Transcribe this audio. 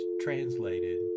translated